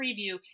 preview